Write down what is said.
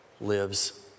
lives